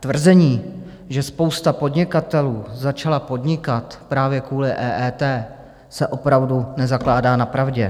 tvrzení, že spousta podnikatelů začala podnikat právě kvůli EET, se opravdu nezakládá na pravdě.